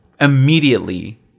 immediately